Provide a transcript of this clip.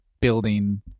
building